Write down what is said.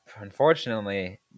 unfortunately